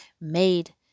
made